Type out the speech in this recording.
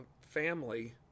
family